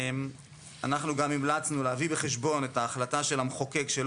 אנחנו גם המלצנו להביא בחשבון את ההחלטה של המחוקק לא